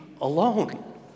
alone